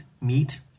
meat